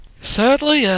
Sadly